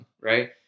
right